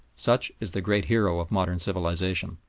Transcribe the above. such is the great hero of modern civilisation!